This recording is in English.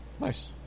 Nice